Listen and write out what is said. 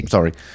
Sorry